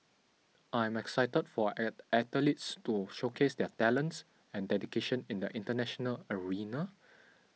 I am excited for our athletes to showcase their talents and dedication in the international arena